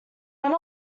went